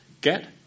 Get